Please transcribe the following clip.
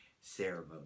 ceremony